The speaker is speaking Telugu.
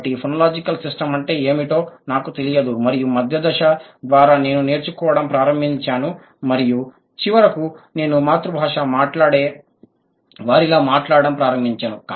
కాబట్టి ఫోనోలాజికల్ సిస్టమ్ అంటే ఏమిటో నాకు తెలియదు మరియు మధ్య దశ ద్వారా నేను నేర్చుకోవడం ప్రారంభించాను మరియు చివరకు నేను మాతృభాష మాట్లాడే వారిలా మాట్లాడటం ప్రారంభించాను